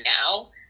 now